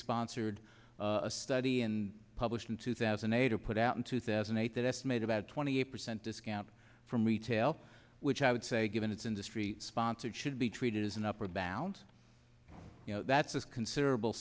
sponsored a study and published in two thousand and eight or put out in two thousand and eight that estimate about twenty eight percent discount from retail which i would say given its industry sponsored should be treated as an upper bound you know that's a considerable